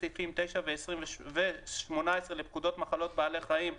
סעיפים 9 ו- 18 לפקודת מחלות בעלי חיים ,